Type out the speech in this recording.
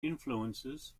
influences